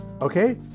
Okay